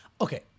Okay